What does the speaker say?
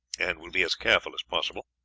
and will be as careful as possible.